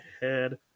head